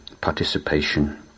participation